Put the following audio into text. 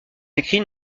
écrits